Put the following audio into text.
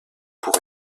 pour